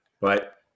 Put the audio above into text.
But-